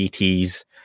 ETs